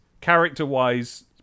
character-wise